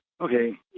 Okay